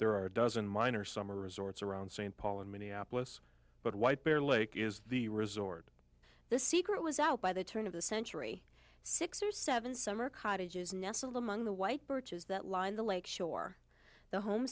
there are a dozen minor summer resorts around st paul in minneapolis but white bear lake is the resort the secret was out by the turn of the century six or seven summer cottages nestled among the white birches that lined the lake shore the home